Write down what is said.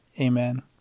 Amen